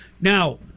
Now